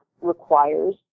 requires